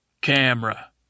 Camera